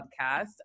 podcast